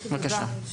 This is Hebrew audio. בבקשה.